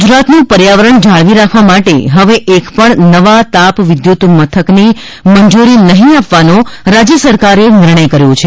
ગુજરાતનું પર્યાવરણ જાળવી રાખવા માટે હવે એકપણ નવા તાપ વિદ્યુતમથકની મંજુરી નહીં આપવાનો રાજ્ય સરકારે નિર્ણય કર્યો છે